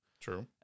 True